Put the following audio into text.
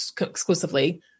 exclusively